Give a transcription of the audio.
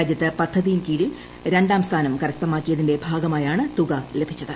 രാജ്യത്ത് പദ്ധതിയ്ക്ക് കീഴിൽ രണ്ടാം സ്ഥാനം കരസ്ഥമാക്കിയതിന്റെ ഭാഗമായാണ് തുക ലഭിച്ചത്